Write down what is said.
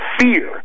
fear